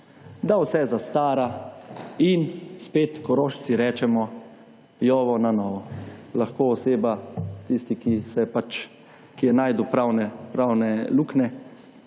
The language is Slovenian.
da vse zastara in spet Korošci rečemo, »jovo na novo« lahko oseba, tisti ki se pač, ki je našel pravne luknje,